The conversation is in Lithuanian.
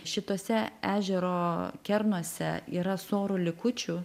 šituose ežero kernuose yra sorų likučių